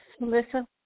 Melissa